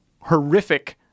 horrific